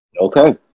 Okay